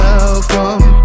Welcome